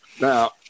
Now